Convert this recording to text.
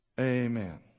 Amen